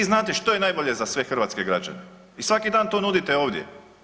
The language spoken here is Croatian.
Vi znate što je najbolje za sve hrvatske građane i svaki dan to nudite ovdje.